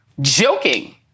joking